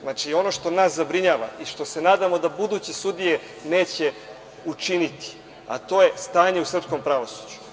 Znači, ono što nas zabrinjava i što se nadamo da buduće sudije neće učiniti, a to je stanje u srpskom pravosuđu.